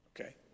Okay